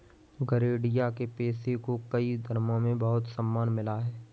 गरेड़िया के पेशे को कई धर्मों में बहुत सम्मान मिला है